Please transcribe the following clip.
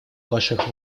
ваших